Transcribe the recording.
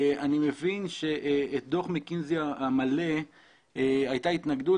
אני מבין שלדוח מקינזי המלא הייתה התנגדות